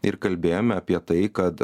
ir kalbėjome apie tai kad